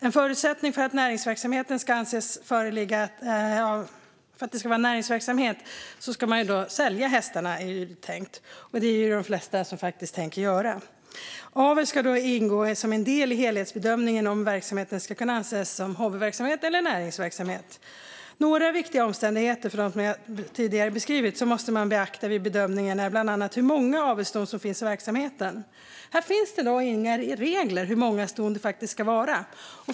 En förutsättning för att det ska anses vara näringsverksamhet är att det är tänkt att man ska sälja hästarna. Det tänker också de flesta göra. Aveln ska då ingå som en del i helhetsbedömningen av om verksamheten ska kunna anses som hobbyverksamhet eller näringsverksamhet. Till de viktiga omständigheter som måste beaktas vid bedömningen, förutom dem som jag tidigare beskrivit, hör bland annat hur många avelsston som finns i verksamheten. Det finns dock inga regler för hur många ston det ska vara.